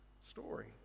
story